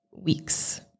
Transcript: weeks